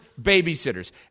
babysitters